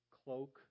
cloak